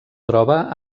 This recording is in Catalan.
troba